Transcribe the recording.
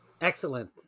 Excellent